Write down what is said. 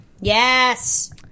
yes